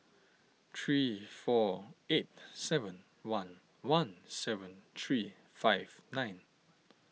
three four eight seven one one seven three five nine